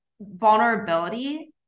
vulnerability